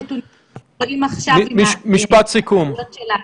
משפט סיכום.